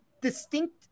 distinct